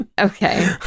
Okay